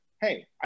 hey